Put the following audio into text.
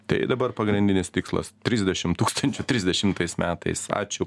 tai dabar pagrindinis tikslas trisdešim tūkstančių trisdešimtais metais ačiū